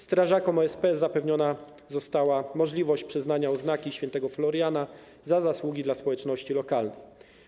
Strażakom OSP zapewniona została możliwość przyznania Odznaki Świętego Floriana „Za Zasługi dla Społeczności Lokalnej”